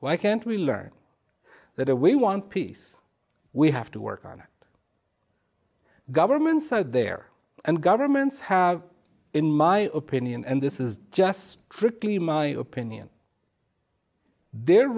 why can't we learn that we want peace we have to work on governments out there and governments have in my opinion and this is just strictly my opinion their